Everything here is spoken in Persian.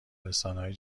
رسانههای